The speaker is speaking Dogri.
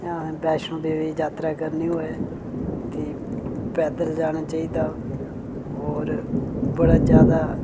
वैष्णो देवी दी जात्तरा करनी होवे कि पैदल जाना चाहिदा होर बड़ा ज्यादा